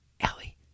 Ellie